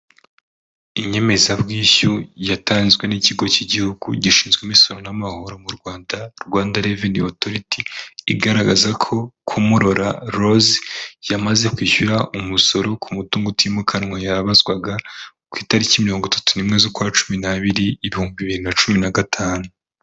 Inyemezabwishyu yatanzwe n'ikigo cy'igihugu gishinzwe imisoro n'amahoro mu Rwanda “Rwanda Revenue Authority” igaragaza ko Kumurora Rose yamaze kwishyura umusoro ku mutungo utimukanwa yabazwaga ku itariki mirongo itatu n’imwe z'ukwa cumi n'abiri ibihumbi bibiri na cumi n’agatanu.